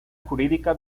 jurídica